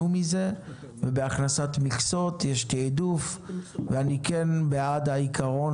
מזה ובהכנסת מכסות יש תעדוף ואני כן בעד העיקרון,